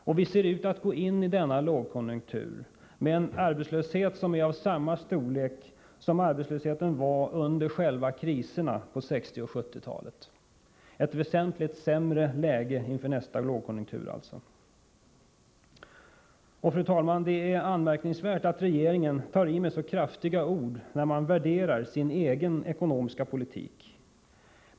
Och vi ser ut att gå in i denna lågkonjunktur med en arbetslöshet som är av samma storlek som arbetslösheten var under själva kriserna på 1960 och 1970-talen — alltså ett väsentligt sämre läge inför nästa lågkonjunktur. Och, fru talman, det är anmärkningsvärt att regeringen tar i med så kraftiga ord när man värderar sin egen ekonomiska politik.